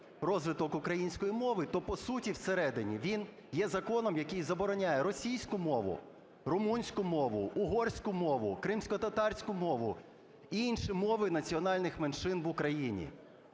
розвиток української мови, то по суті, всередині, він є законом, який забороняє російську мову, румунську мову, угорську мову, кримськотатарську мову і інші мови національних меншин в Україні.